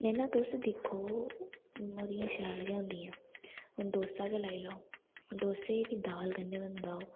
नेईं ना तुस दिक्खो मतियां शैल गै होंदियां हून डोसा गै लाई लैओ डोसे बी दाल कन्नै बनदा ओह्